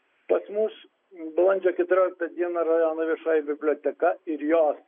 pas mus balandžio keturioliktą dieną rajono viešoji biblioteka ir jos